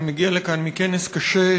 אני מגיע לכאן מכנס קשה,